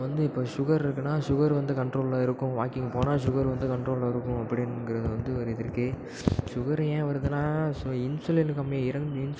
வந்து இப்போ சுகர் இருக்குதுன்னா சுகர் வந்து கன்ட்ரோலில் இருக்கும் வாக்கிங் போனால் சுகர் வந்து கன்ட்ரோலில் இருக்கும் அப்படிங்கிறது வந்து ஒரு இது இருக்குது சுகர் ஏன் வருதுன்னா ஸோ இன்சுலின் கம்மி இன் இன்சுலின்